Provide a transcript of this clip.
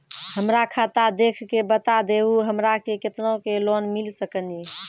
हमरा खाता देख के बता देहु हमरा के केतना के लोन मिल सकनी?